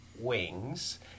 wings